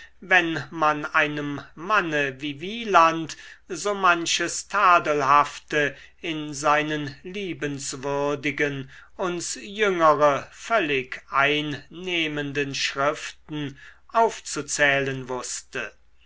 wenn man einem manne wie wieland so manches tadelhafte in seinen liebenswürdigen uns jüngere völlig einnehmenden schriften aufzuzählen wußte